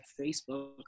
facebook